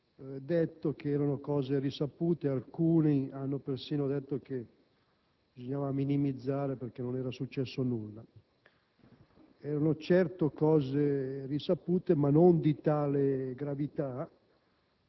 osservato che erano cose risapute, alcuni hanno persino detto che bisognava minimizzare perché non era successo nulla. Erano certo cose risapute, ma non di tale gravità,